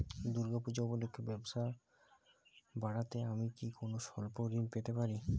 দূর্গা পূজা উপলক্ষে ব্যবসা বাড়াতে আমি কি কোনো স্বল্প ঋণ পেতে পারি?